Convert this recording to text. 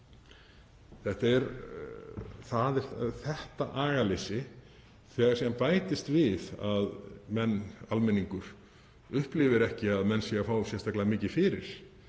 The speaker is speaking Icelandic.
Það er þetta agaleysi og síðan bætist við að almenningur upplifir ekki að menn séu að fá sérstaklega mikið fyrir